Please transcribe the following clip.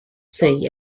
see